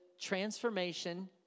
transformation